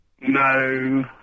No